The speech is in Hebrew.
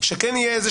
שתהיה איזו